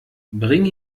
bring